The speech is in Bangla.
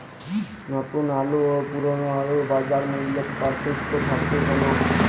নতুন আলু ও পুরনো আলুর বাজার মূল্যে পার্থক্য থাকে কেন?